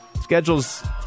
schedule's